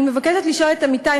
אני מבקשת לשאול את עמיתי,